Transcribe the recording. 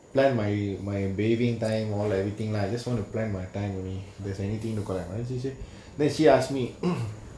plan my my bearing time all everything lah just want to plan my time only there's anything to collect as she say then she ask me mm